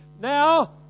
now